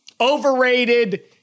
Overrated